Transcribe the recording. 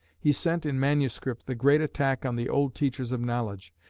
he sent in manuscript the great attack on the old teachers of knowledge,